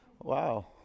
Wow